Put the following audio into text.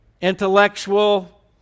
intellectual